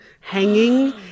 hanging